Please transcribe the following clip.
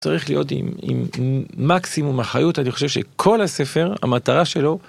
צריך להיות עם מקסימום אחריות, אני חושב שכל הספר, המטרה שלו